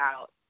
out